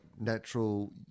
natural